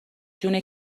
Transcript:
جون